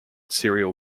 cereal